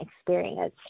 experience